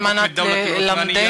על מנת ללמדנו.